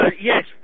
Yes